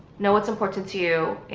know what's important to you